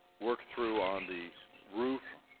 work through on the roof